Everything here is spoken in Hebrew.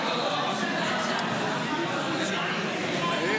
ההצעה להעביר את הצעת חוק הביטוח הלאומי (תיקון,